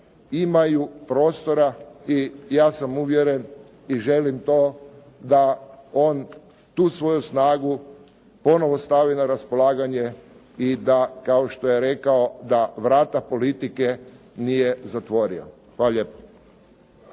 imaju prostora i ja sam uvjeren i želim to da on tu svoju snagu ponovo stavi na raspolaganje i da kao što je rekao da vrata politike nije zatvorio. Hvala lijepo.